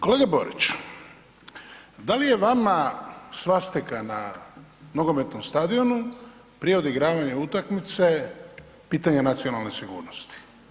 Kolega Borić, da li je vama svastika na nogometnom stadionu prije odigravanja utakmice pitanje nacionalne sigurnosti?